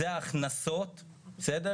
אני חוששת שיש כאן איזשהו סעיף שיפגע לנו